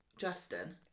Justin